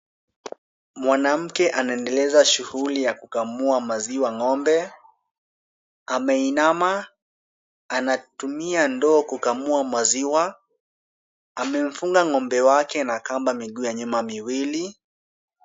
Mwanamke anaendeleza shughuli ya kukamua maziwa ng'ombe ameinama, anatumia ndoo kumkamua maziwa. Amemfunga ng'ombe wake na kamba miguu ya nyuma miwili.